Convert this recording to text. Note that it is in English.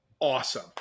awesome